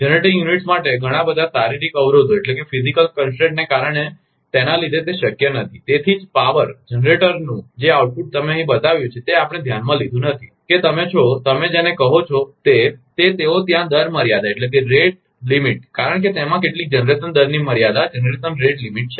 generating units માટે તેના ઘણા બધા શારીરિક અવરોધોને કારણે તેના લીધે તે શક્ય નથી તેથી જ તે શક્તિપાવર જનરેટરનું જે આઉટપુટ તમે અહીં બતાવ્યું છે તે આપણે ધ્યાનમાં લીધું નથી કે તમે છો તમે જેને કહો છો તે તે તેઓ ત્યાં દર મર્યાદા કારણ કે તેમાં કેટલીક જનરેશન દરની મર્યાદા છે